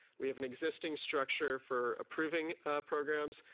we have an existing structure for approving programs.